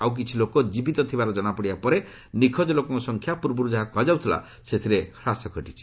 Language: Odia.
ଆଉ କିଛି ଲୋକ ଜୀବିତ ଥିବାର ଜଣାପଡ଼ିବା ପରେ ନିଖୋଜ ଲୋକଙ୍କ ସଂଖ୍ୟା ପୂର୍ବରୁ ଯାହା କୁହାଯାଉଥିଲା ସେଥିରେ ହ୍ରାସ ଘଟିଛି